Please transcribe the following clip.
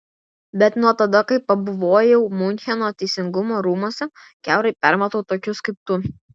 bet nuo tada kai pabuvojau miuncheno teisingumo rūmuose kiaurai permatau tokius kaip tu